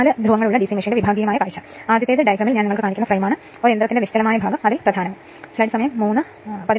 ഇപ്പോൾ ലോഡ് ഇല്ലാത്ത അവസ്ഥയിൽ നിന്ന് ഉയർന്ന വോൾട്ടേജിലേക്ക് ഉള്ള ഇൻപുട്ട് V 1 I c